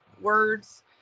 words